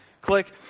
click